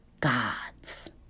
gods